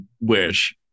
wish